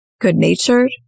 good-natured